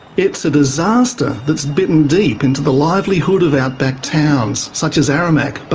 it's a disaster that's bitten deep into the livelihood of outback towns such as aramac, but